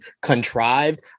contrived